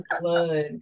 blood